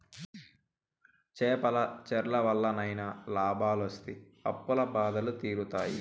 చేపల చెర్ల వల్లనైనా లాభాలొస్తి అప్పుల బాధలు తీరుతాయి